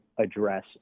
address